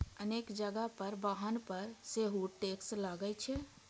अनेक जगह पर वाहन पर सेहो टैक्स लागै छै